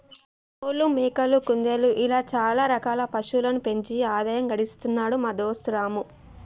కోళ్లు మేకలు కుందేళ్లు ఇలా చాల రకాల పశువులను పెంచి ఆదాయం గడిస్తున్నాడు మా దోస్తు రాము